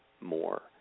more